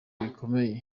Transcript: bikomeye